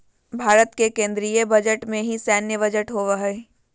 भारत के केन्द्रीय बजट में ही सैन्य बजट होबो हइ